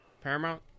Paramount